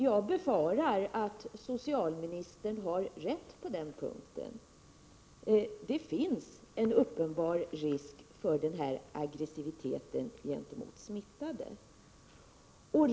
Jag befarar att socialministern har rätt på den punkten. Det finns en uppenbar risk för den här aggressiviteten gentemot smittade.